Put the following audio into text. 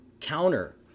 counter